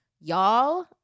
Y'all